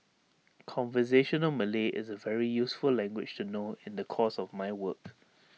conversational Malay is A very useful language to know in the course of my work